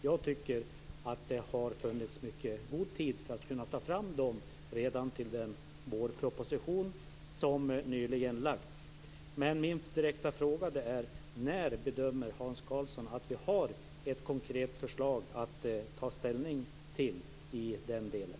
Jag tycker att det har funnits mycket god tid för att ta fram ett förslag redan till den vårproposition som nyligen framlagts. Min direkta fråga är: När bedömer Hans Karlsson att vi har ett konkret förslag att ta ställning till i den delen?